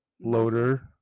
loader